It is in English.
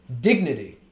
Dignity